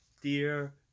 Dear